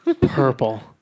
Purple